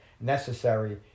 necessary